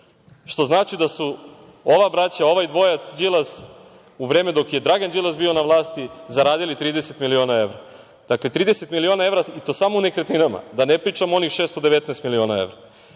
što znači da su ova braća, ovaj dvojac Đilas u vreme dok je Dragan Đilas bio na vlasti zaradili 30 miliona evra. Dakle, 30 miliona evra, i to samo u nekretninama, da ne pričamo o onih 619 miliona evra.U